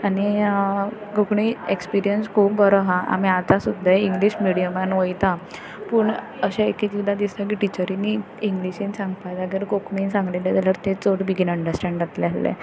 आनी कोंकणी एक्सपिरियन्स खूब बरो हा आमी आतां सुद्दा इंग्लीश मिडयमान वयता पूण अशें एक एकदां दिसता की टिचरींनी इंग्लिशीन सांगपा जाग्यार कोंकणीन सांगलें जाल्यार तें चड बेगीन अंडस्टँड जातलें आसलें